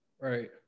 Right